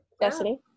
Destiny